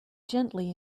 gently